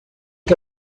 que